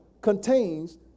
contains